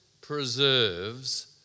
preserves